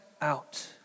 out